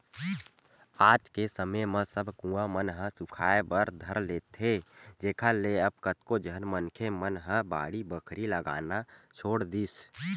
आज के समे म सब कुँआ मन ह सुखाय बर धर लेथे जेखर ले अब कतको झन मनखे मन ह बाड़ी बखरी लगाना छोड़ दिस